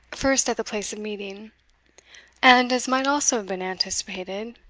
first at the place of meeting and, as might also have been anticipated,